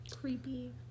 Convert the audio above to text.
creepy